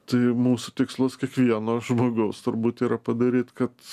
tai mūsų tikslas kiekvieno žmogaus turbūt yra padaryt kad